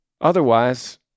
Otherwise